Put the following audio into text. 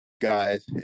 guys